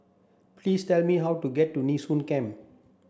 please tell me how to get to Nee Soon Camp